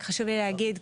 רק חשוב לי להגיד,